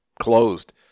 closed